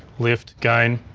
lift, gain.